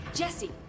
Jesse